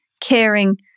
caring